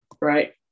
Right